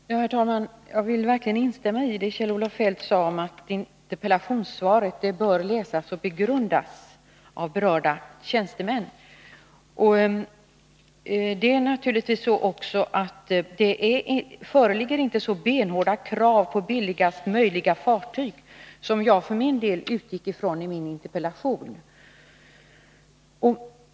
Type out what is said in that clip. Herr talman! Jag vill verkligen instämma i det som Kjell-Olof Feldt sade om att interpellationssvaret bör läsas och begrundas av berörda tjänstemän. Det föreligger naturligtvis inte så benhårda krav på billigaste möjliga fartyg som jag för min del utgick ifrån i min interpellation.